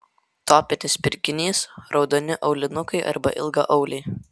topinis pirkinys raudoni aulinukai arba ilgaauliai